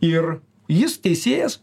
ir jis teisėjas